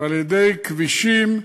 ועל-ידי כבישים.